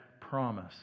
promise